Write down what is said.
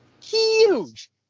Huge